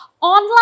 Online